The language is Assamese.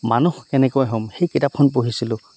মানুহ কেনেকৈ হ'ম সেই কিতাপখন পঢ়িছিলোঁ